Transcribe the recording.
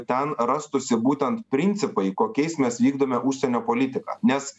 ten rastųsi būtent principai kokiais mes vykdome užsienio politiką nes